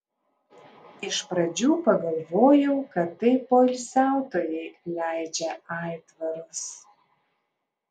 iš pradžių pagalvojau kad tai poilsiautojai leidžia aitvarus